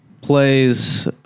plays